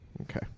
Okay